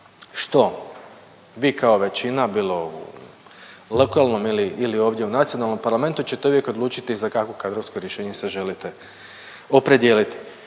što vi kao većina bilo u lokalnom ili, ili ovdje u nacionalnom parlamentu ćete uvijek odlučiti za kakvo kadrovsko rješenje se želite opredijelite.